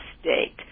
state